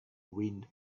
wind